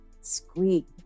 squeak